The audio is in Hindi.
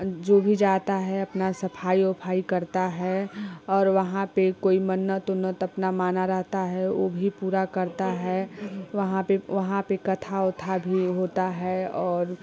आ जो भी जाता है अपना सफाई ओफाई करता है और वहाँ पे कोई मन्नत उन्नत अपना माना रहता है ऊ भी पूरा करता है वहाँ पे वहाँ पे कथा उथा भी होता है और